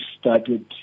started